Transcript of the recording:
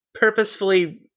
purposefully